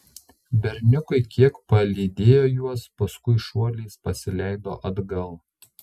berniukai kiek palydėjo juos paskui šuoliais pasileido atgal